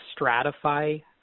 stratify